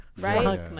right